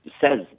says